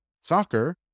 soccer